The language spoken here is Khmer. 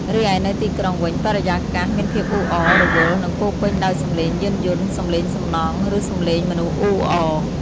រីឯនៅទីក្រុងវិញ បរិយាកាស មានភាពអ៊ូអរ រវល់ និងពោរពេញដោយ សំឡេង យានយន្ត សំឡេងសំណង់ ឬសំឡេងមនុស្សអ៊ូអរ។